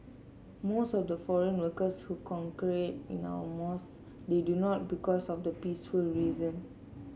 most of the foreign workers who congregate in our mosque they do not because of the peaceful reason